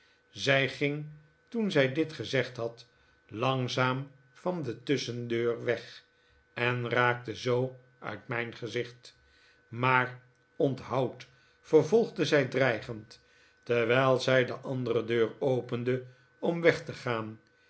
zij ging toen zij dit gezegd had langzaam van de tusschendeur weg en raakte zoo uit mijn gezicht maar onthoud vervolgde zij dreigend terwijl zij de andere deur opende om weg te gaan